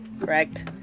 correct